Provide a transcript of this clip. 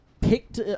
picked